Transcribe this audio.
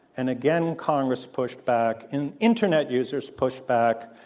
and again, congress pushed back and internet users pushed back,